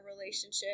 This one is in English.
relationship